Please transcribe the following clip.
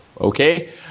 okay